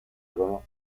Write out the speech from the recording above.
trono